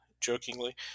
jokingly